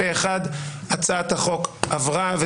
הצבעה אושר הצעת החוק אושרה פה אחד.